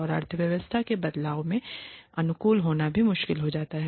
और अर्थव्यवस्था में बदलाव के अनुकूल होना भी मुश्किल हो जाता है